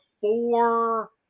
four